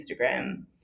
Instagram